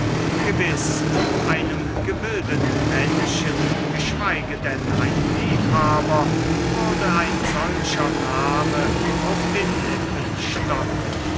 gewiß einem gebildeten menschen geschweige denn einem liebhaber würde ein solcher name auf den lippen stocken